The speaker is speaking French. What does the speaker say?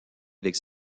avec